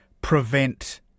prevent